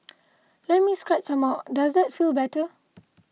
let me scratch some more does that feel better